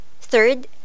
Third